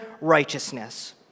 righteousness